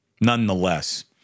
nonetheless